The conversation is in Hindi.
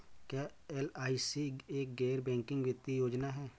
क्या एल.आई.सी एक गैर बैंकिंग वित्तीय योजना है?